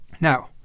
Now